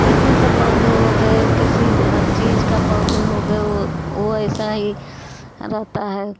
किसी का पौधे हो गए किसी हर चीज का पौधे हो गए हो वो वो ऐसा ही रहता है